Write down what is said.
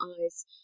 eyes